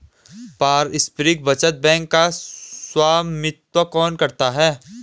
पारस्परिक बचत बैंक का स्वामित्व कौन करता है?